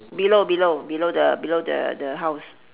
below below below the below the the house